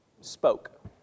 spoke